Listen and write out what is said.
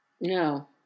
no